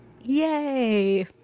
Yay